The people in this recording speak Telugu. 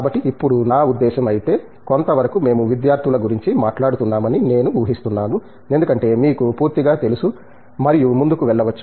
కాబట్టి ఇప్పుడు ఇది నా ఉద్దేశం అయితే కొంత వరకు మేము విద్యార్థుల గురించి మాట్లాడుతున్నామని నేను ఊహిస్తున్నాను ఎందుకంటే మీకు పూర్తిగా తెలుసు మరియు ముందుకు వెళ్ళవచ్చు